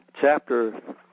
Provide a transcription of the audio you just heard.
Chapter